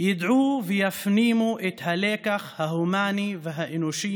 ידעו ויפנימו את הלקח ההומני, האנושי,